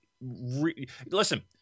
listen